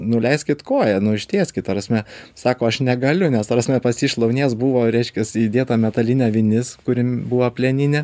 nuleiskit koją nu ištieskit ta prasme sako aš negaliu nes ta prasme pas jį šlaunies buvo reiškias įdėta metalinė vinis kuri buvo plieninė